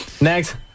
Next